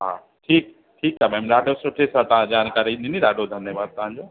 हा ठीकु ठीकु आहे मैम ॾाढो सुठे सां तव्हां जानकारी ॾिनी ॾाढो धन्यवादु तव्हांजो